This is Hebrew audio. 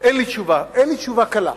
אין לי תשובה קלה.